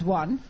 one